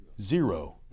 zero